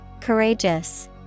Courageous